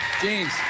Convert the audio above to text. James